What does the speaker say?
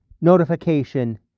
notification